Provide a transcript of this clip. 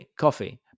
coffee